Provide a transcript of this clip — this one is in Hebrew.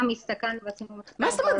גם הסתכלנו ועשינו מחקר בעולם --- מה זאת אומרת,